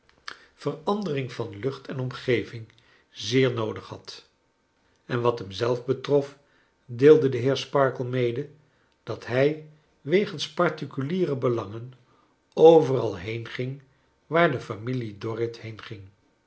verandering van lucht en omgeving zeer noodig had en wat hem zelf betrof deelde de heer sparkler mede dat hij wegens particuliere belangen overal heenging waar de familie dorrit